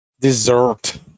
dessert